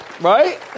right